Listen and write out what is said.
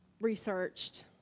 researched